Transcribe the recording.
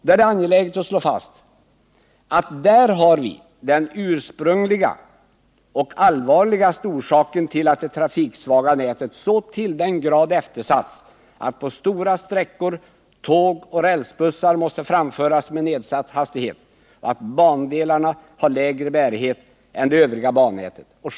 Det är angeläget att slå fast att vi där har den ursprungliga och allvarligaste orsaken till att det trafiksvaga nätet så till den grad eftersatts, att på stora sträckor tåg och rälsbussar måste framföras med nedsatt hastighet och att bandelarna har lägre bärighet än det övriga bannätet.